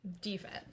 defense